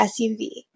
SUV